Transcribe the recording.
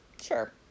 sure